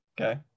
Okay